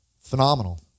Phenomenal